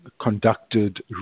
conducted